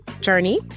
Journey